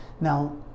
Now